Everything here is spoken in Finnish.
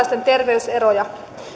lisää kansalaisten terveyseroja